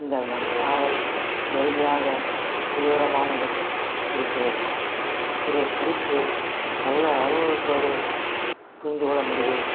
இந்த நன் நாவல் எளிமையாக தீவிரமானதும் இருக்கிறது இதை படித்து நல்ல அனுபவத்தோடு புரிந்துக்கொள்ளமுடிகிறது